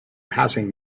passing